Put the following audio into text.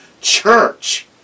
church